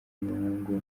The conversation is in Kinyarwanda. n’umuhungu